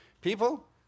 People